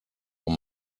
amb